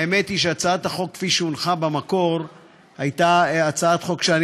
האמת היא שהצעת החוק כפי שהונחה במקור הייתה הצעת חוק שאני